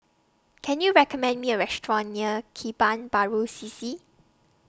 Can YOU recommend Me A Restaurant near Kebun Baru C C